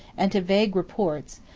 and to vague reports,